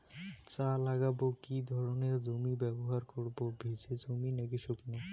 চা লাগাবো কি ধরনের জমি ব্যবহার করব ভিজে জমি নাকি শুকনো?